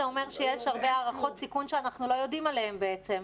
זה אומר שיש הרבה הערכות סיכון שאנחנו לא יודעים עליהם בעצם.